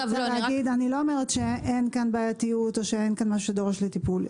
אני לא אומרת שאין כאן בעייתיות או שאין משהו שדורש טיפול.